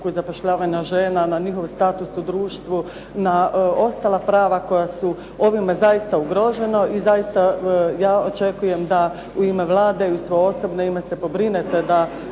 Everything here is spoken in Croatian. zapošljavanje žena, na njihov status u društvu, na ostala prava koja su ovime zaista ugrožena i zaista ja očekujem da u ime Vlade i svoje osobno ime se pobrinete da